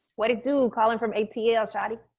what it do? calling from atl shawty.